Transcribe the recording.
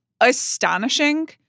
astonishing